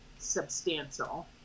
substantial